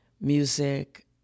music